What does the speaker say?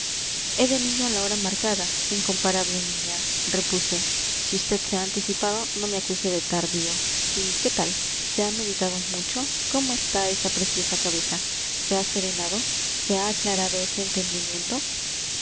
he venido a la hora marcada incomparable niña repuse si vd se ha anticipado no me acuse de tardío y qué tal se ha meditado mucho cómo está esa preciosa cabeza se ha serenado se ha aclarado ese entendimiento